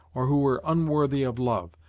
or who were unworthy of love.